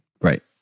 Right